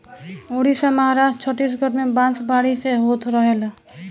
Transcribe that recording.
उड़ीसा, महाराष्ट्र, छतीसगढ़ में बांस बारी बारी से होत रहेला